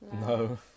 No